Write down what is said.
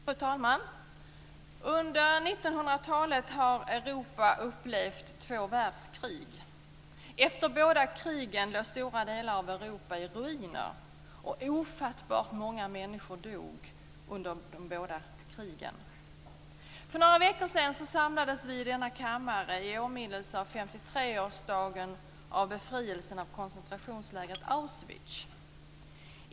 Fru talman! Under 1900-talet har Europa upplevt två världskrig. Efter båda krigen låg stora delar av Europa i ruiner, och ofattbart många människor dog under de båda krigen. För några veckor sedan samlades vi i denna kammare i åminnelse av 53-årsdagen av befrielsen av koncentrationslägret Auschwitz.